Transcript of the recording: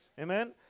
Amen